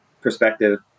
perspective